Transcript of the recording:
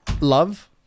Love